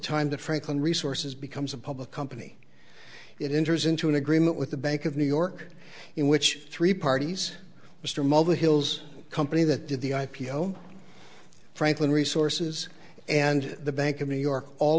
time the franklin resources becomes a public company it injures into an agreement with the bank of new york in which three parties mr mulva hills company that did the i p o franklin resources and the bank of new york all